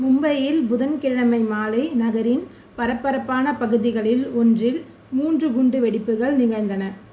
மும்பையில் புதன்கிழமை மாலை நகரின் பரபரப்பான பகுதிகளில் ஒன்றில் மூன்று குண்டுவெடிப்புகள் நிகழ்ந்தன